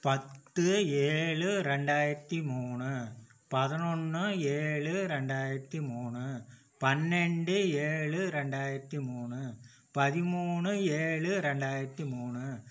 பத்து ஏழு ரெண்டாயிரத்தி மூணு பதினொன்று ஏழு ரெண்டாயிரத்தி மூணு பன்னெண்டு ஏழு ரெண்டாயிரத்தி மூணு பதிமூணு ஏழு ரெண்டாயிரத்தி மூணு